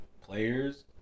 players